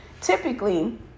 typically